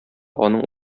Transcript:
аның